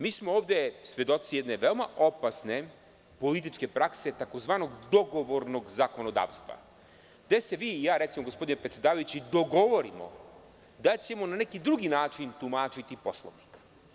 Mi smo ovde svedoci jedne veoma opasne političke prakse tzv. dogovornog zakonodavstva gde se vi i ja, recimo, gospodine predsedavajući, dogovorimo da ćemo na neki drugi način tumačiti Poslovnik.